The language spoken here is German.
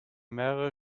mehrere